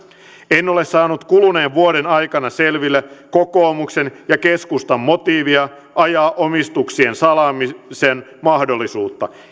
en ole saanut kuluneen vuoden aikana selville kokoomuksen ja keskustan motiivia ajaa omistuksien salaamisen mahdollisuutta